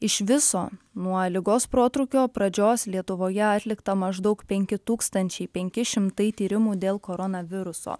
iš viso nuo ligos protrūkio pradžios lietuvoje atlikta maždaug penki tūkstančiai penki šimtai tyrimų dėl koronaviruso